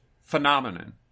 phenomenon